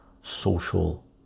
social